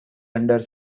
under